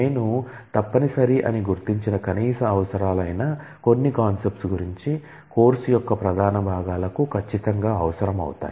నేను తప్పనిసరి అని గుర్తించిన కనీస అవసరం ఐన కొన్ని కాన్సెప్ట్స్ కోర్సు యొక్క ప్రధాన భాగాలకు ఖచ్చితంగా అవసరమవుతాయి